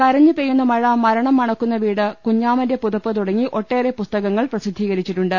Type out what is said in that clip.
കരഞ്ഞ് പെയ്യുന്ന മഴ മരണം മണക്കുന്ന വീട് കുഞ്ഞാമന്റെ പുതപ്പ് തുടങ്ങി ഒട്ടേറെ പുസ്തകങ്ങൾ പ്രസിദ്ധീകരിച്ചിട്ടുണ്ട്